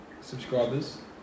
subscribers